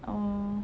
oh